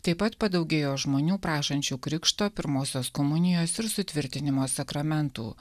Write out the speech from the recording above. taip pat padaugėjo žmonių prašančių krikšto pirmosios komunijos ir sutvirtinimo sakramentų